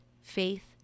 faith